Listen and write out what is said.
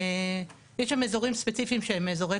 יש שם אזורים ספציפיים שהם אזורי